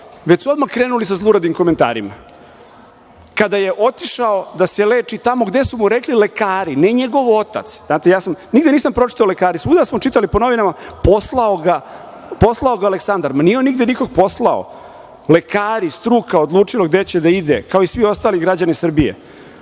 već su odmah krenuli sa zluradim komentarima. Kad je otišao da se leči tamo gde su mu rekli lekari, ne njegov otac, nigde nisam pročitao lekari, svuda smo čitali po novinama poslao ga Aleksandar. Ma nije on nigde nikog poslao. Lekari, struka odlučili gde će da ide, kao i svi ostali građani Srbije.